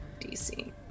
DC